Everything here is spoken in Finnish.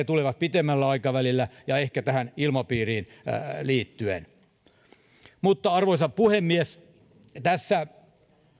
tulevat pitemmällä aikavälillä ja ehkä tähän ilmapiiriin liittyen arvoisa puhemies tässä